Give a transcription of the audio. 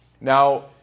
Now